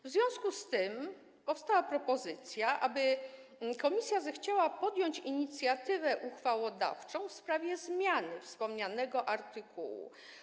W związku z tym powstała propozycja, aby komisja zechciała podjąć inicjatywę uchwałodawczą w sprawie zmiany wspomnianego artykułu.